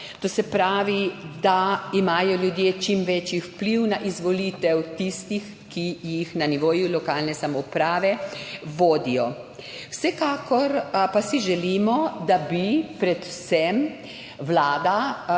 To se pravi, da imajo ljudje čim večji vpliv na izvolitev tistih, ki jih na nivoju lokalne samouprave vodijo. Vsekakor pa si želimo, da bi predvsem Vlada